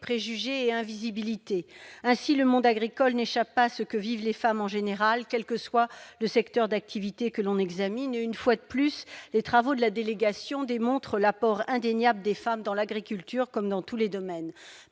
préjugé et invisibilité. Ainsi, le monde agricole n'échappe pas à ce que vivent les femmes en général, quel que soit le secteur d'activité concerné. Une fois de plus, les travaux de la délégation démontrent l'apport indéniable des femmes dans l'agriculture, comme dans tous les domaines.